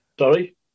sorry